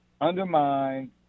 undermine